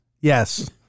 Yes